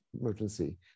emergency